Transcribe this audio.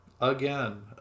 again